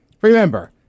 Remember